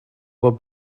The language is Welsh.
bod